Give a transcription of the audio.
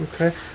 Okay